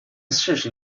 四十